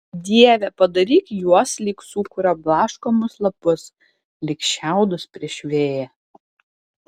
dieve padaryk juos lyg sūkurio blaškomus lapus lyg šiaudus prieš vėją